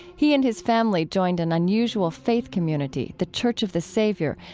he and his family joined an unusual faith community, the church of the savior,